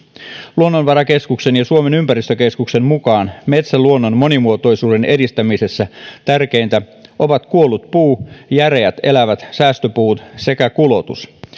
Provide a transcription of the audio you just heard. luonnonvarakeskuksen ja suomen ympäristökeskuksen mukaan metsäluonnon monimuotoisuuden edistämisessä tärkeintä ovat kuollut puu järeät elävät säästöpuut sekä kulotus